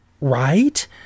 right